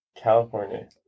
California